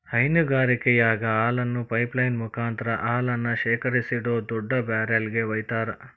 ಹೈನಗಾರಿಕೆಯಾಗ ಹಾಲನ್ನ pipeline ಮುಕಾಂತ್ರ ಹಾಲನ್ನ ಶೇಖರಿಸಿಡೋ ದೊಡ್ಡ ಬ್ಯಾರೆಲ್ ಗೆ ವೈತಾರ